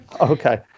Okay